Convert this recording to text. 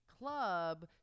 club